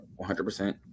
100%